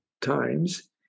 times